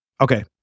Okay